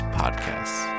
podcasts